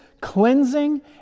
cleansing